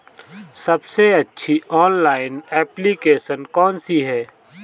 सबसे अच्छी online application कौन सी है?